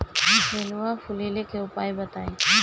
नेनुआ फुलईले के उपाय बताईं?